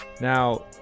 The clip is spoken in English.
Now